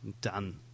done